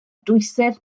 dwysedd